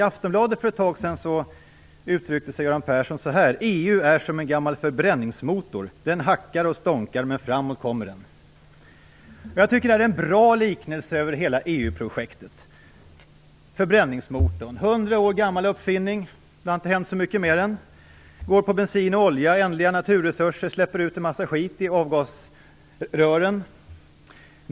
I Aftonbladet för ett tag sedan uttryckte sig Göran Persson så här: EU är som en gammal förbränningsmotor. Den hackar och stånkar, men framåt kommer den. Jag tycker att det här är en bra liknelse över hela EU-projektet. Förbränningsmotorn - en 100 år gammal uppfinning. Det har inte hänt så mycket med den. Den går på bensin och olja, ändliga naturresurser, och släpper ut en mängd skit i avgasrören.